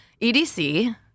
EDC